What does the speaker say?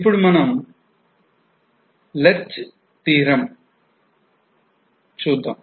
ఇప్పుడు మనం Lerch theorem Lerch's theorem చూద్దాం